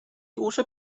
also